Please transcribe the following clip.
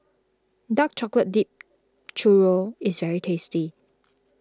Dark Chocolate Dipped Churro is very tasty